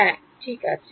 হ্যাঁ ঠিক আছে